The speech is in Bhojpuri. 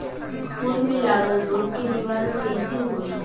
फूल में लागल रोग के निवारण कैसे होयी?